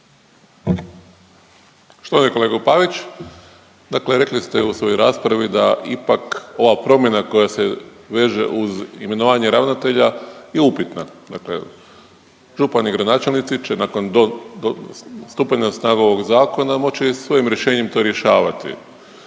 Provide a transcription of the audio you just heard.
Štovani kolega Pavić, dakle rekli ste i u svojoj raspravi da ipak ova promjena koja se veže uz imenovanje ravnatelja je upitna. Dakle, župani i gradonačelnici će nakon do, do, stupanja na snagu ovog zakona moći svojim rješenjem to rješavati.